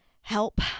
help